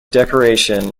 decoration